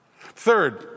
Third